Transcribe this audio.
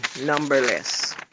numberless